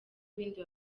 bindi